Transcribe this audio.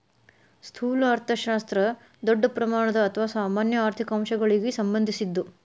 ಸ್ಥೂಲ ಅರ್ಥಶಾಸ್ತ್ರ ದೊಡ್ಡ ಪ್ರಮಾಣದ ಅಥವಾ ಸಾಮಾನ್ಯ ಆರ್ಥಿಕ ಅಂಶಗಳಿಗ ಸಂಬಂಧಿಸಿದ್ದು